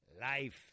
life